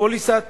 מפוליסת